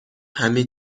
همه